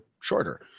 shorter